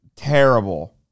terrible